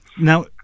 Now